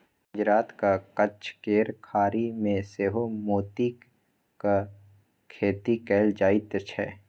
गुजरातक कच्छ केर खाड़ी मे सेहो मोतीक खेती कएल जाइत छै